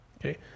Okay